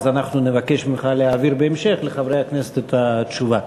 אנחנו נבקש להעביר את התשובה לחברי הכנסת בהמשך.